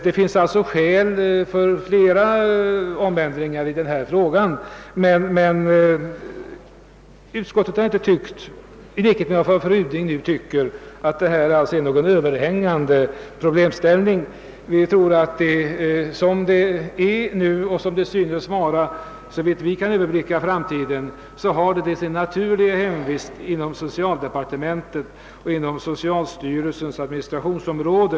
Det finns alltså skäl för olika ändringar på den punkten, men utskottet har — i likhet med fru Ryding — inte tyckt att detta är något överhängande problem. Som det nu är och som det — så långt vi kan se — kommer att vara i framtiden har denna verksamhet sin naturliga hemvist inom socialdepartementet och inom socialstyrelsens administrationsområde.